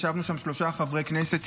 ישבנו שם שלושה חברי כנסת,